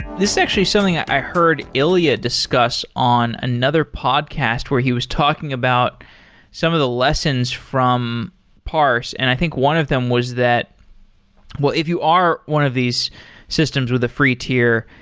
this is actually something i heard ilya discuss on another podcast, where he was talking about some of the lessons from parse. and i think one of them was that well, if you are one of these systems with the free tier,